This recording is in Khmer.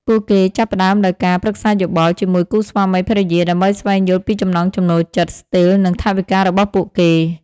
ពួកគេចាប់ផ្តើមដោយការ ប្រឹក្សាយោបល់ ជាមួយគូស្វាមីភរិយា ដើម្បីស្វែងយល់ពីចំណង់ចំណូលចិត្ត ស្ទីល និងថវិការបស់ពួកគេ។